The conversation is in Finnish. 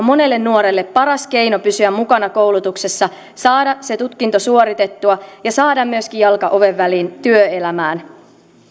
monelle nuorelle paras keino pysyä mukana koulutuksessa saada se tutkinto suoritettua ja saada myöskin jalka oven väliin työelämään